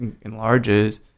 enlarges